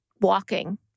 walking